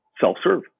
self-serve